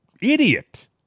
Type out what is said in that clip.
idiot